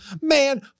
man